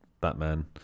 Batman